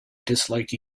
dislike